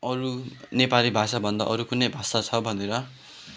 अरू नेपाली भाषाभन्दा अरू कुनै भाषा छ भनेर